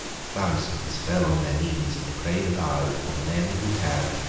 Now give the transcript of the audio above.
thousands fell on their knees and prayed aloud for the men who had,